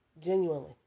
Genuinely